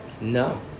No